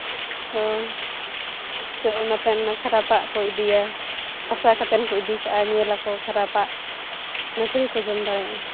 ᱚᱸᱻ ᱠᱷᱟᱨᱟᱯᱟᱜ ᱠᱚ ᱤᱫᱤᱭᱟ ᱟᱥᱟ ᱠᱟᱛᱮ ᱠᱚ ᱤᱫᱤ ᱠᱟᱜᱼᱟ ᱧᱮᱞ ᱟᱠᱚ ᱠᱷᱟᱨᱟᱯᱟᱜ ᱚᱱᱟ ᱛᱷᱚᱲᱮ ᱠᱚ ᱡᱚᱢ ᱫᱟᱲᱮᱭᱟᱜᱼᱟ